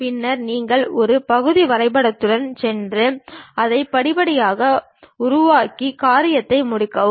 பின்னர் நீங்கள் பகுதி வரைபடத்துடன் சென்று அதை படிப்படியாக உருவாக்கி காரியத்தை முடிக்கவும்